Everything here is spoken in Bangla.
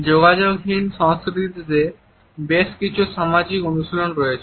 যোগাযোগহীন সংস্কৃতিতে বেশ কিছু সামাজিক অনুশীলন রয়েছে